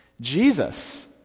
Jesus